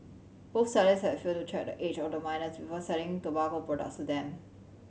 both sellers had failed to check the age of the minors before selling tobacco products to them